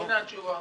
הנה התשובה.